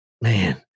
Man